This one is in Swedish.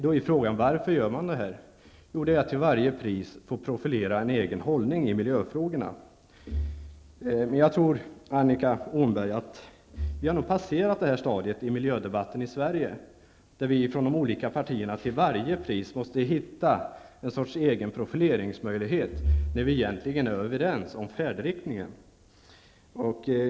Då är frågan varför man gör det. Jo, det är för att till varje pris få profilera en egen hållning i miljöfrågorna. Men jag tror, Annika Åhnberg, att vi nog har passerat det stadiet i miljödebatten i Sverige då man från de olika partierna till varje pris måste hitta en sorts egen profileringsmöjlighet när vi egentligen är överens om färdriktningen.